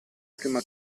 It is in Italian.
prima